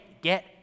get